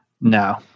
No